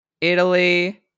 Italy